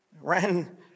ran